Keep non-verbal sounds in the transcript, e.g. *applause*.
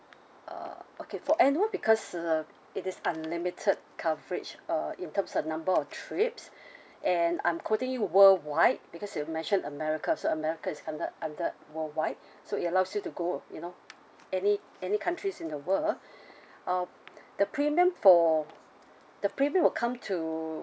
uh okay for annual because uh it is unlimited coverage uh in terms of number of trips *breath* and I'm quoting you worldwide because you mention america so america is under under worldwide so it allows you to go you know any any countries in the world *breath* uh the premium for the premium will come to